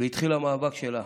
והתחיל המאבק שלה